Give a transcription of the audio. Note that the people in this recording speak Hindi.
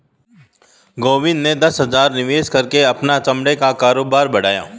गोविंद ने दस हजार निवेश करके अपना चमड़े का कारोबार बढ़ाया